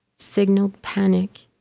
signaled panic,